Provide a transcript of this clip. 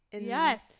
Yes